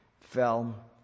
fell